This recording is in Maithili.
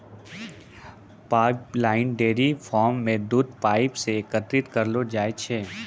पाइपलाइन डेयरी फार्म म दूध पाइप सें एकत्रित करलो जाय छै